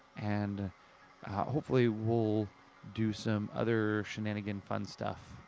and hopefully we'll do some other shenanigan fun stuff.